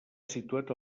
situat